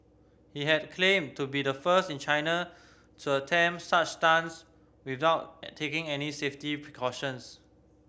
he had claimed to be the first in China to attempt such stunts without taking any safety precautions